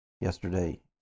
yesterday